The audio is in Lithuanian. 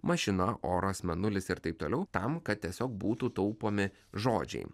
mašina oras mėnulis ir taip toliau tam kad tiesiog būtų taupomi žodžiai